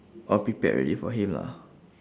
all prepared already for him lah